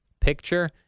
picture